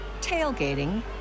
tailgating